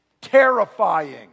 terrifying